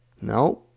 No